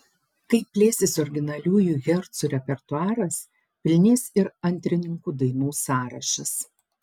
kai plėsis originaliųjų hercų repertuaras pilnės ir antrininkų dainų sąrašas